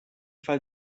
fall